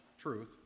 truth